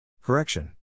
Correction